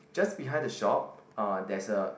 just behind the shop uh there's a